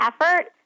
effort